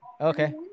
Okay